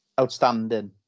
outstanding